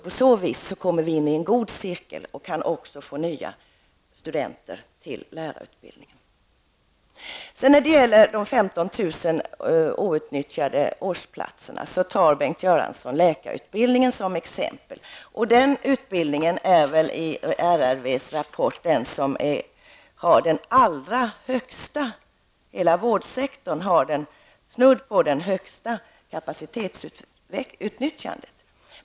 På så vis kommer vi in i en god cirkel och kan också få nya studenter till lärarutbildningen. När det sedan gäller frågan om de 15 000 outnyttjade årsplatserna, tar Bengt Göransson läkarutbildningen som exempel. Den utbildningen är den som enligt RRVs rapport tillsammans med utbildningar inom hela vårdsektorn har det nästan allra högsta kapacitetsutnyttjandet.